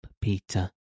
Peter